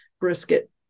brisket